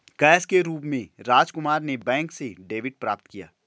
cash के रूप में राजकुमार ने बैंक से डेबिट प्राप्त किया